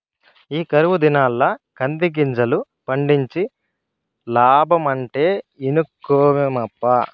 ఈ కరువు దినాల్ల కందిగింజలు పండించి లాబ్బడమంటే ఇనుకోవేమప్పా